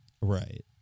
right